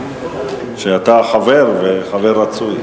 שאתה חבר וחבר רצוי.